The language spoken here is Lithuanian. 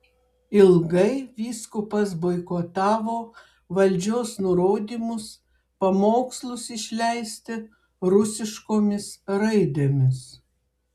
ilgai vyskupas boikotavo valdžios nurodymus pamokslus išleisti rusiškomis raidėmis